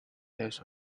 test